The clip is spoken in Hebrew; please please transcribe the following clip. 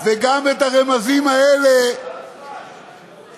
וגם את הרמזים האלה, לא תם זמנך?